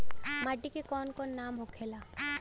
माटी के कौन कौन नाम होखे ला?